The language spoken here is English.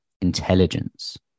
intelligence